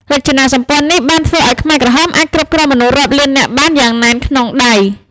រចនាសម្ព័ន្ធនេះបានធ្វើឱ្យខ្មែរក្រហមអាចគ្រប់គ្រងមនុស្សរាប់លាននាក់បានយ៉ាងណែនក្នុងដៃ។